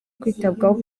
kwitabwaho